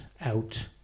out